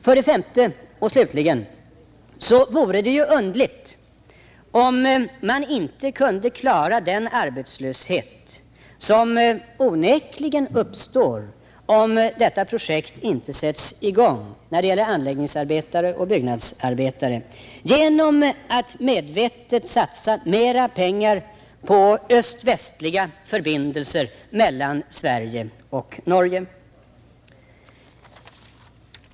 För det femte och slutligen vore det ju underligt, om man inte kunde klara den arbetslöshet, som onekligen uppstår om detta projekt inte sätts i gång, när det gäller anläggningsarbetare och byggnadsarbetare genom att medvetet satsa mera pengar på öst-västliga förbindelser mellan Sverige och Norge.